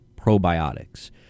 probiotics